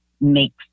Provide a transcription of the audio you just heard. makes